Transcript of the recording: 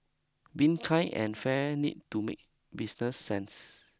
being kind and fair needs to make business sense